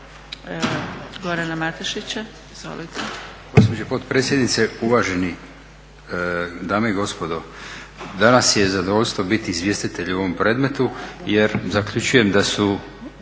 Gorana Matešića. Izvolite.